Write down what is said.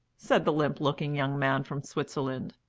said the limp-looking young man from switzerland.